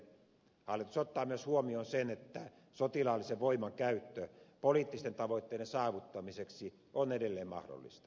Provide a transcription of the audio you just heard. hallitus ottaa myös huomioon sen että sotilaallisen voiman käyttö poliittisten tavoitteiden saavuttamiseksi on edelleen mahdollista